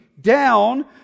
down